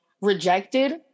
rejected